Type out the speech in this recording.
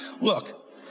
Look